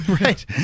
Right